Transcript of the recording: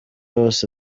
yose